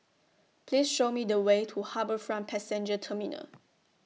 Please Show Me The Way to HarbourFront Passenger Terminal